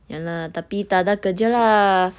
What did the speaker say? ya lah tapi tak ada kerja lah